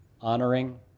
honoring